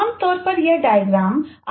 आमतौर पर यह डायग्राम है